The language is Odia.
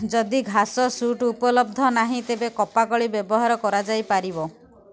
ଯଦି ଘାସ ସୁଟ୍ ଉପଲବ୍ଧ ନାହିଁ ତେବେ କପା କଳି ବ୍ୟବହାର କରାଯାଇ ପାରିବ